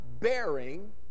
Bearing